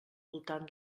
voltant